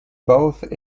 both